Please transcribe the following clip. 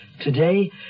Today